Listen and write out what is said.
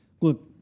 Look